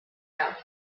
out